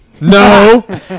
No